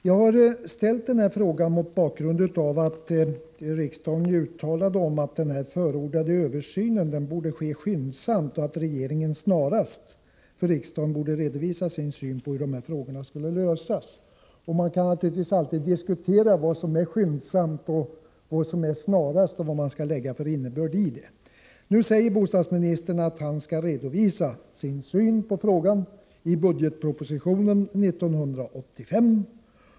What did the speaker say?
Jag har ställt frågan mot bakgrund av riksdagens uttalande om att den förordade översynen borde ske skyndsamt och att regeringen snarast för riksdagen borde redovisa sin syn på hur dessa frågor skulle lösas. Man kan naturligtvis alltid diskutera vad som är ”skyndsamt” och ”snarast”. Nu säger bostadsministern att han skall redovisa sin syn på frågan i budgetpropositionen 1985.